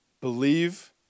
believe